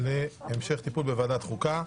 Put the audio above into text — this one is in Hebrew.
לדיון בוועדת החוקה,